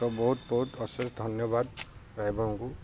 ବହୁତ ବହୁତ ଅଶେସ ଧନ୍ୟବାଦ୍ ଡ୍ରାଇଭର୍ଙ୍କୁ